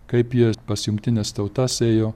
kaip jie pas jungtines tautas ėjo